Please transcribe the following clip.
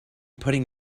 putting